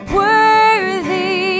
worthy